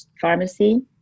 pharmacy